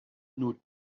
nul